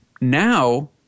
Now